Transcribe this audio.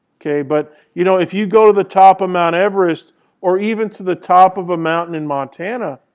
okay? but, you know, if you go to the top of mount everest or even to the top of a mountain in montana,